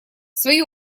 свою